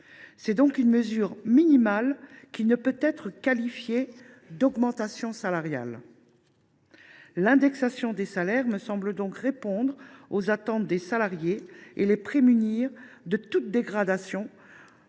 C’est donc une mesure minimale qui ne peut être qualifiée d’« augmentation salariale ». L’indexation des salaires me semble donc répondre aux attentes des salariés et les prémunir de toute dégradation